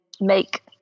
make